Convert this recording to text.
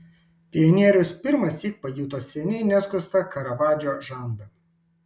pionierius pirmąsyk pajuto seniai neskustą karavadžo žandą